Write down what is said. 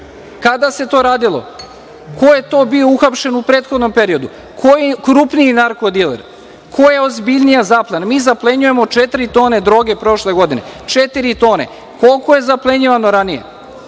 Kada se to radilo? Ko je to bio uhapšen u prethodnom periodu? Koji krupniji narko diler? Koja je ozbiljnija zaplena? Mi zaplenjujemo četiri tone droge prošle godine. Koliko je zaplenjivano ranije?